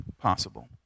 possible